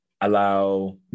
allow